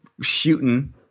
shooting